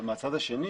אבל מצד שני